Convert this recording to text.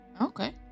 Okay